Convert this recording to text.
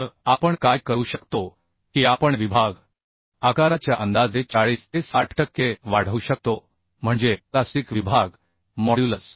तर आपण काय करू शकतो की आपण विभाग आकाराच्या अंदाजे 40 ते 60 टक्के वाढवू शकतो म्हणजे प्लास्टिक विभाग मॉड्युलस